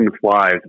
flies